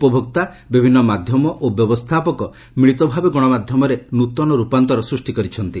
ଉପଭୋକ୍ତା ବିଭିନ୍ନ ମାଧ୍ୟମ ଓ ବ୍ୟବସ୍ଥାପକ ମିଳିତ ଭାବେ ଗଣମାଧ୍ୟମରେ ନୂତନ ରୂପାନ୍ତର ସୃଷ୍ଟି କରିଛନ୍ତି